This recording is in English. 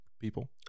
people